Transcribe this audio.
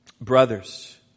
Brothers